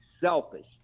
selfish